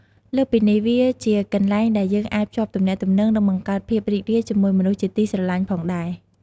លើសពីនេះ វាជាកន្លែងដែលយើងអាចភ្ជាប់ទំនាក់ទំនង និងបង្កើតភាពរីករាយជាមួយមនុស្សជាទីស្រឡាញ់ផងដែរ។